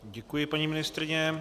Děkuji, paní ministryně.